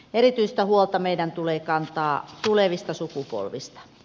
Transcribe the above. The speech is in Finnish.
erityistä huolta meidän tulee kantaa tulevista sukupolvista